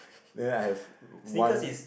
then I have one